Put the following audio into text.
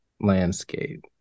landscape